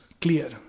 clear